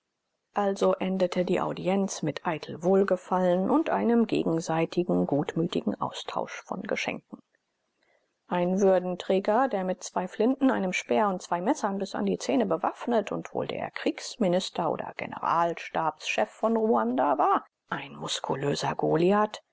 also endete die audienz mit eitel wohlgefallen und einem gegenseitigen großmütigen austausch von geschenken ein würdenträger der mit zwei flinten einem speer und zwei messern bis an die zähne bewaffnet und wohl der kriegsminister oder generalstabschef von ruanda war ein muskulöser goliath